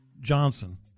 Johnson